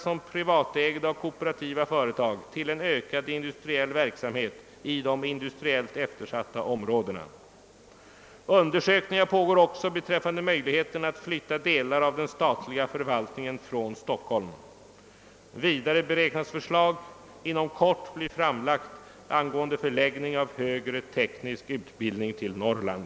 Det är alldeles uppenbart att det är ett experiment som vi här startar, och jag vill från denna talarstol i dag uttrycka den förhoppningen att detta experiment verkligen skall genomföras i den andan, att samtliga dessa 18 ledamöter känner sitt ansvar såsom ombud för det i detta företag aktieägande svenska folket.